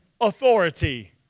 authority